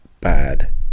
bad